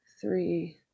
three